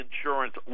insurance